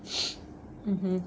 mmhmm